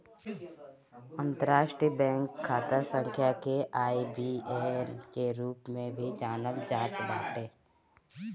अंतरराष्ट्रीय बैंक खाता संख्या के आई.बी.ए.एन के रूप में भी जानल जात बाटे